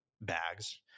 bags